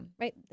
right